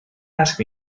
ask